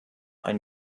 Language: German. ein